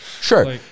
Sure